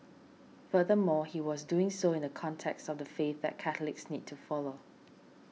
furthermore he was doing so in the context of the faith that Catholics need to follow